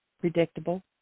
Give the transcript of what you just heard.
predictable